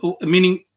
meaning